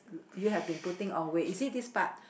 you have been putting on weight you see this part